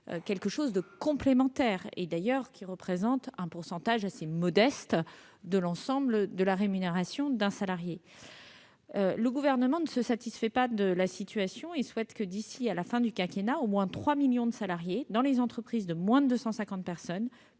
rémunération complémentaire, qui représente d'ailleurs un pourcentage assez modeste de l'ensemble de la rémunération d'un salarié. Le Gouvernement ne se satisfait pas de la situation et souhaite que, d'ici à la fin du quinquennat, au moins 3 millions de salariés, dans les entreprises de moins de 250 personnes,